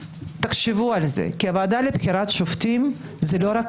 תחשבו על זה כי הוועדה לבחירת שופטים זה לא רק